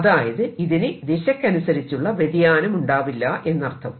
അതായത് ഇതിന് ദിശയ്ക്കനുസരിച്ചുള്ള വ്യതിയാനം ഉണ്ടാവില്ല എന്നർത്ഥം